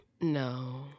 No